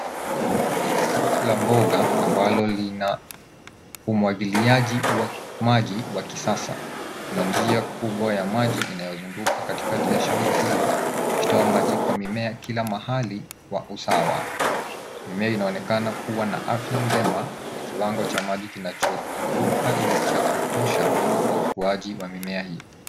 Shamba la mboga, ambalo lina umwagiliaji wa maji wa kisasa na njia kubwa ya maji inayozunguka katikati ya shamba hili, ikitoa maji kwa mimea kila mahali kwa usawa. Mimea inaonekana kuwa na afya njema, na kiwango cha maji kinachozunguka ni cha kutosha kwa ukuaji wa mimea hii.